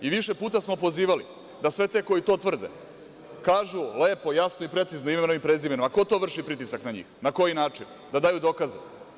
I više puta smo pozivali sve te koji to tvrde da kažu lepo, jasno i precizno, imenom i prezimenom – a ko to vrši pritisak na njih, na koji način, da daju dokaze?